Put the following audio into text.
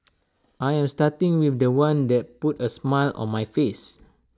I am starting with The One that put A smile on my face